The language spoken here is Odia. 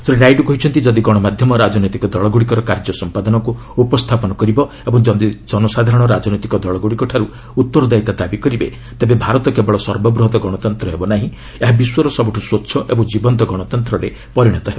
ଶ୍ରୀ ନାଇଡୁ କହିଛନ୍ତି ଯଦି ଗଣମାଧ୍ୟମ ରାଜନୈତିକ ଦଳଗୁଡ଼ିକର କାର୍ଯ୍ୟ ସମ୍ପାଦନାକୁ ଉପସ୍ଥାପନ କରିବ ଏବଂ ଯଦି ଜନସାଧାରଣ ରାଜନୈତିକ ଦଳଗୁଡ଼ିକଠାରୁ ଉତ୍ତରଦାୟିତା ଦାବି କରିବେ ତେବେ ଭାରତ କେବଳ ସର୍ବବୃହତ୍ ଗଣତନ୍ତ ହେବ ନାହିଁ ଏହା ବିଶ୍ୱର ସବୁଠୁ ସ୍ୱଚ୍ଚ ଏବଂ ଜୀବନ୍ତ ଗଣତନ୍ତ୍ରରେ ପରିଣତ ହେବ